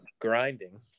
grinding